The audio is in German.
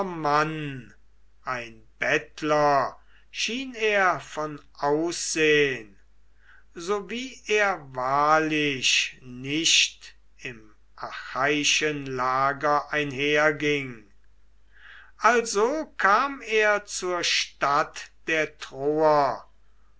mann ein bettler schien er von aussehn so wie er wahrlich nicht im achaiischen lager einherging also kam er zur stadt der troer